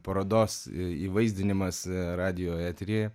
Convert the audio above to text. parodos įvaizdinimas radijo eteryje